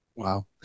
Wow